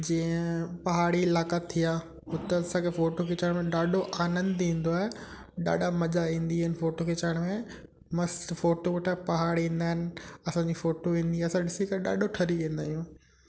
जीअं पहाड़ी इलाइक़ा थिया हुते असांखे फोटो खिचाइण में ॾाढो आनंदु ईंदो आहे ॾाढा मज़ा ईंदी आहिनि फोटो खिचाइण में मस्तु फोटू पहाड़ ईंदा आहिनि असांजी फोटो ईंदी आहे असांखे ॾिसी करे ॾाढो ठरी वेंदा आहियूं